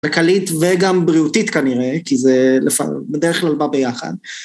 מקלית וגם בריאותית כנראה, כי זה בדרך כלל בא ביחד.